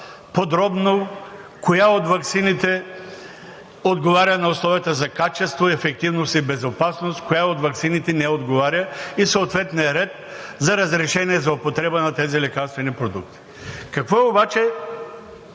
подробно коя от ваксините отговаря на условията за качество, ефективност и безопасност, коя от ваксините не отговаря и съответният ред за разрешение за употреба на тези лекарствени продукти. Какво обаче